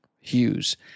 Hughes